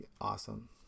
awesome